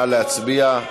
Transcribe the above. נא להצביע.